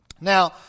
Now